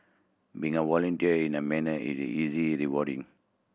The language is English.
being a volunteer in the manner is easy rewarding